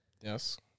Yes